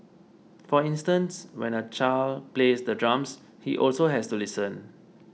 for instance when a child plays the drums he also has to listen